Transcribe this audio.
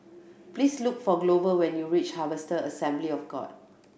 please look for Glover when you reach Harvester Assembly of God